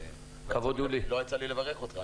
לא יצא לי לברך אותך.